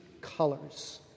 colors